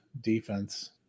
defense